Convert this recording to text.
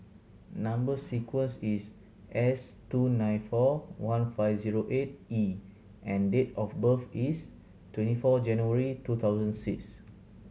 number sequence is S two nine four one five zero eight E and date of birth is twenty four January two thousand six